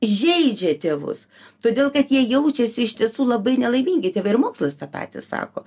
žeidžia tėvus todėl kad jie jaučiasi iš tiesų labai nelaimingi tėvai ir mokslas tą patį sako